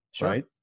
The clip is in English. right